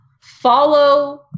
follow